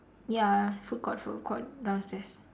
ya food court food court downstairs